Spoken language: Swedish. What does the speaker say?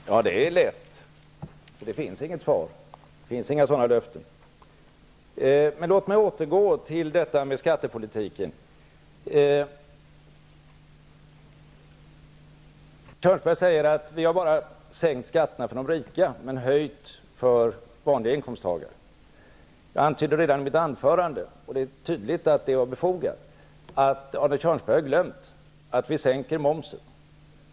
Fru talman! Det är lätt att svara. Det finns inget svar, för det finns inga sådana löften. Låt mig återgå till skattepolitiken. Arne Kjörnsberg säger att vi sänkt skatterna bara för de rika men höjt för vanliga inkomsttagare. Jag antydde redan i mitt anförande -- det är tydligt att det var befogat -- att Arne Kjörnsberg glömt att vi har sänkt momsen.